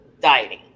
dieting